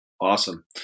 Awesome